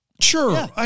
Sure